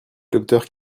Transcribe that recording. docteur